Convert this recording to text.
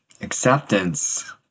acceptance